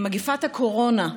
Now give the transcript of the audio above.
מגפת הקורונה,